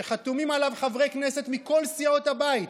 שחתומים עליו חברי כנסת מכל סיעות הבית,